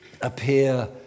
appear